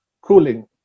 cooling